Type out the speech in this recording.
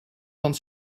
van